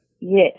Yes